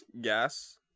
gas